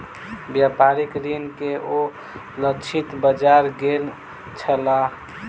व्यापारिक ऋण के ओ लक्षित बाजार गेल छलाह